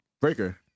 Breaker